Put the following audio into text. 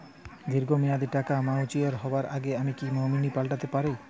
দীর্ঘ মেয়াদি টাকা ম্যাচিউর হবার আগে আমি কি নমিনি পাল্টা তে পারি?